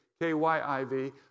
K-Y-I-V